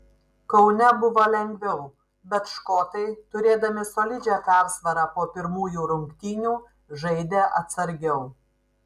kaune buvo lengviau bet škotai turėdami solidžią persvarą po pirmųjų rungtynių žaidė atsargiau